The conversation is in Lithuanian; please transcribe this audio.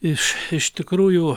iš iš tikrųjų